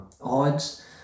odds